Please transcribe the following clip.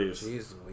Jesus